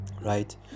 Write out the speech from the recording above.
right